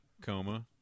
coma